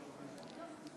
ובכן, 42 נגד, 32